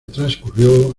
transcurrió